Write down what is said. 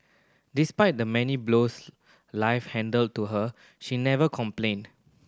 despite the many blows life handed to her she never complained